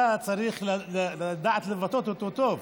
אתה צריך לדעת לבטא אותו טוב,